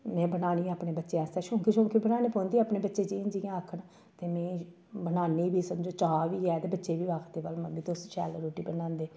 में बनानी अपने बच्चे आस्तै शौंकें शौंकें बनाने पौंदी अपने बच्चे जि'यां जि'यां आखन ते में बन्नानी फ्ही समझो चाऽ बी है बच्चे बी आखदे भला मम्मी तुस शैल रुट्टी बनांदे